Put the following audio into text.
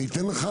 אני אתן לך,